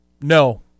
No